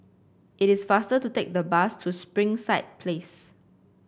it is faster to take the bus to Springside Place